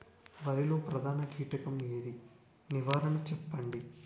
వరిలో ప్రధాన కీటకం ఏది? నివారణ చెప్పండి?